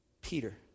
Peter